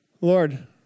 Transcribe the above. Lord